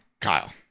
Kyle